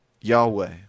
Yahweh